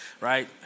right